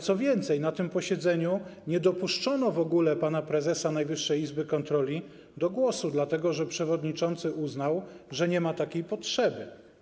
Co więcej, na tym posiedzeniu do głosu nie dopuszczono w ogóle pana prezesa Najwyższej Izby Kontroli, dlatego że przewodniczący uznał, ze nie ma takiej potrzeby.